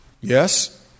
Yes